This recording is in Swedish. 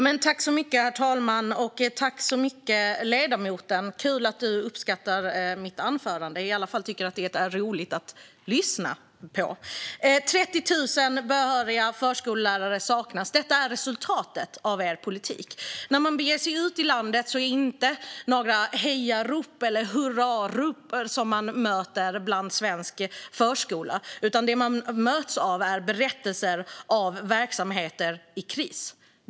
Herr talman! Kul att ledamoten uppskattade mitt anförande eller i alla fall tyckte att det var roligt att lyssna på! Det saknas 30 000 behöriga förskollärare. Detta är resultatet av er politik, Mats Wiking. När man beger sig ut i landet är det inte några hejarop eller hurrarop som man möts av från svensk förskola, utan det man möts av är berättelser från verksamheter i kris.